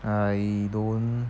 I don't